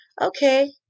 okay